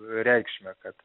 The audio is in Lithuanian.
reikšmę kad